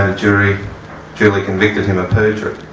ah jury duly convicted him of perjury.